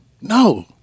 No